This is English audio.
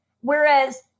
Whereas